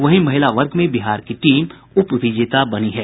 वहीं महिला वर्ग में बिहार की टीम उप विजेता बनी है